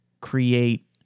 create